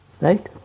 right